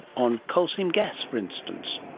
on coal seam gas for instance.